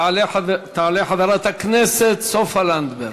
תעלה חברת הכנסת סופה לנדבר.